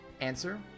Answer